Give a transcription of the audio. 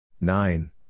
nine